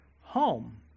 home